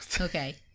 okay